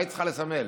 מה היא צריכה לסמל,